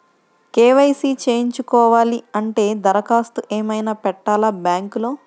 KYC చేయించుకోవాలి అంటే దరఖాస్తు ఏమయినా పెట్టాలా బ్యాంకులో?